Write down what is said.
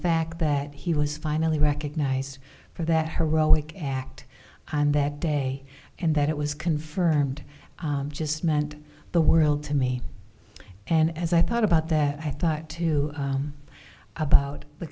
fact that he was finally recognized for that heroic act on that day and that it was confirmed just meant the world to me and as i thought about that i thought too about the